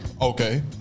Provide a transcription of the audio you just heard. Okay